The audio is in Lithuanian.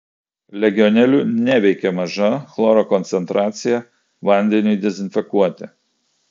legionelių neveikia maža chloro koncentracija vandeniui dezinfekuoti